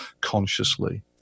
consciously